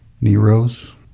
Nero's